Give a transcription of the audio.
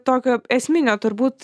tokio esminio turbūt